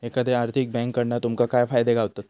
एखाद्या आर्थिक बँककडना तुमका काय फायदे गावतत?